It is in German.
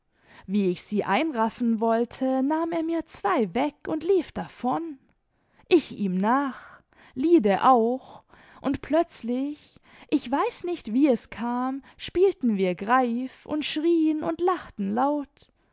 wie ich sie einraffen wollte nahm er mir zwei weg und lief davon ich ihm nach lide auch imd plötzlich ich weiß nicht wie es kam spielten wir greif und schrien und lachten laut